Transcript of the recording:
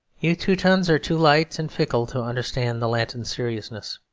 you teutons are too light and fickle to understand the latin seriousness.